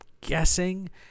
guessing